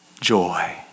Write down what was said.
joy